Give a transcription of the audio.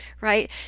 right